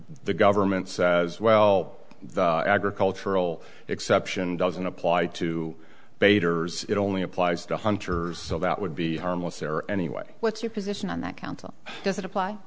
the government says well the agricultural exception doesn't apply to baiters it only applies to hunters so that would be harmless error anyway what's your position on that council does it apply